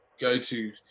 go-to